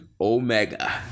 Omega